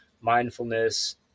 mindfulness